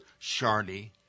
Shardy